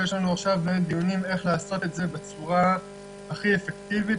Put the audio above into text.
יש לנו עכשיו דיונים לגבי איך לעשות את זה בצורה הכי אפקטיבית,